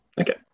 Okay